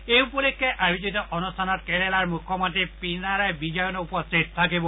এই উপলক্ষে আয়োজিত অনুষ্ঠানত কেৰেলাৰ মুখ্যমন্ত্ৰী পিনাৰায় বিজয়নো উপস্থিত থাকিব